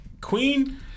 Queen